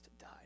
died